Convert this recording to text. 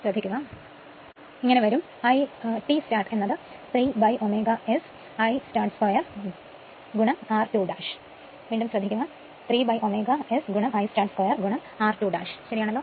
ഇത് നമ്മൾ മുൻപ് നോക്കിയത് ആണ് അത്കൊണ്ട് തന്നെ തിരിയുമ്പോൾ ഉല്പാദിപ്പിക്കപ്പെടുന്ന ശക്തി 3 S I തുടക്കത്തിൽ 2 r2 ആയിരികുമലോ